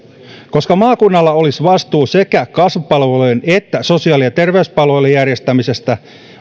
koska maakunnalla olisi vastuu sekä kasvupalvelujen että sosiaali ja terveyspalvelujen järjestämisestä